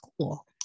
cool